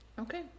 Okay